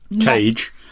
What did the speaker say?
Cage